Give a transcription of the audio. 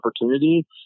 opportunity